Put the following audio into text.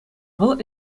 вӑл